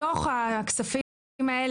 בתוך הכספים האלה,